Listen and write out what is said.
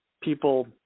people